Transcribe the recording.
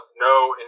no